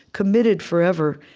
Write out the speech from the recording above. committed forever,